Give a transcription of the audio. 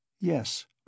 Yes